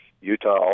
Utah